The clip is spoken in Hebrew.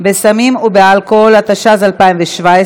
גם בעמדה שלו וגם